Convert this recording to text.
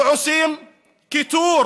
ועושים כיתור